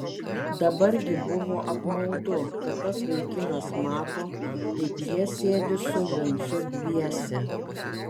dabar gi buvo apmaudu kad tas vaikinas mato kaip jie sėdi su vincu dviese